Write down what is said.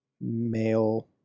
male